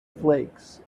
flakes